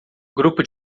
grupo